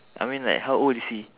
I mean like how old is he